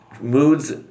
moods